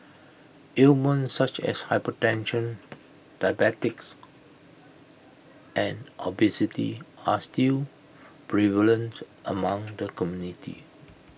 ailments such as hypertension diabetics and obesity are still prevalent among the community